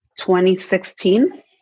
2016